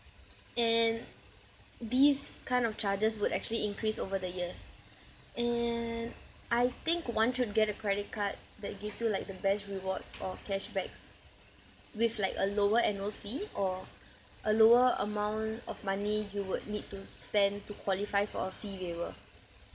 and these kind of charges would actually increase over the years and I think one should get a credit card that gives you like the best rewards or cashbacks with like a lower annual fee or a lower amount of money you would need to spend to qualify for a fee waiver